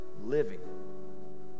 living